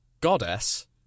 Goddess